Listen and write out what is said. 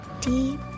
Deep